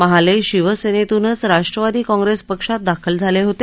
महाले शिवसेनेतूनच राष्ट्रवादी काँप्रेस पक्षात दाखल झाले होते